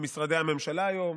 במשרדי הממשלה היום,